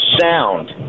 sound